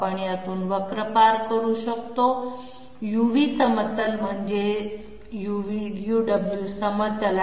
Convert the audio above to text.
आपण यातून वक्र पार करू शकतो uv समतल म्हणजे uw समतल